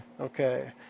Okay